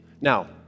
Now